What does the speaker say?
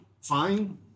fine